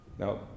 Now